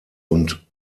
und